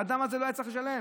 האדם הזה לא היה צריך לשלם,